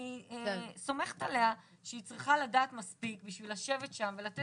אני סומכת עליה שהיא צריכה לדעת מספיק בשביל לשבת שם ולתת